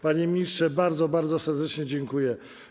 Panie ministrze, bardzo, bardzo serdecznie dziękuję.